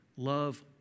Love